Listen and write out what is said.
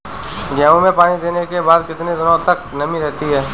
गेहूँ में पानी देने के बाद कितने दिनो तक नमी रहती है?